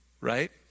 Right